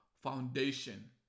foundation